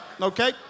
okay